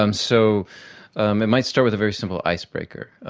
um so um it might start with a very simple icebreaker.